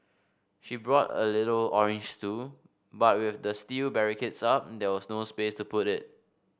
she brought a little orange stool but with the steel barricades up there was no space to put it